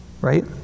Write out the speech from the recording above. right